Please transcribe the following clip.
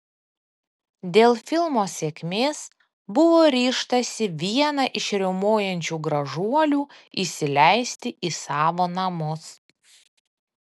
dėl filmo sėkmės buvo ryžtasi vieną iš riaumojančių gražuolių įsileisti į savo namus